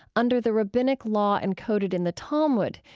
under the rabbinic law encoded in the talmud,